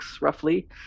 roughly